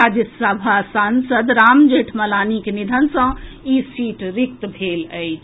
राज्यसभा सांसद राम जेठमलानीक निधन सॅ ई सीट रिक्त भेल अछि